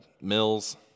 mills